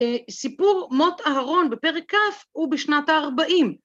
סיפור מות אהרון בפרק כ' הוא בשנת ה-40.